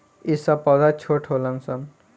ई सब पौधा छोट होलन सन